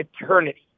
eternity